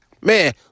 Man